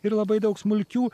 ir labai daug smulkių